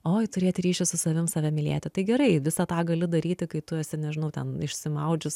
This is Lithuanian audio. oi turėti ryšį su savim save mylėti tai gerai visą tą gali daryti kai tu esi nežinau ten išsimaudžius